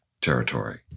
Territory